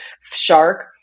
shark